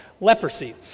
leprosy